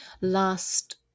last